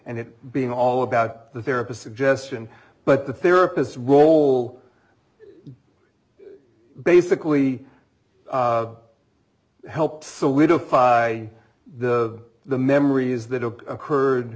and it being all about the therapist suggestion but the therapist's role basically helps solidify the the memories that a occurred